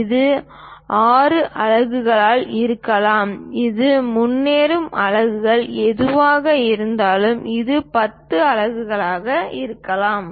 இது 6 அலகுகளாக இருக்கலாம் நாம் முன்னேறும் அலகுகள் எதுவாக இருந்தாலும் அது 10 அலகுகளாக இருக்கலாம்